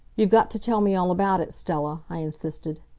you've got to tell me all about it, stella i insisted.